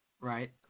Right